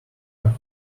are